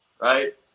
Right